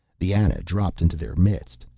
the ana dropped into their midst,